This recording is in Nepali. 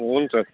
हुन्छ